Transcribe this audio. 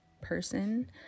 person